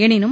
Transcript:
எனினும்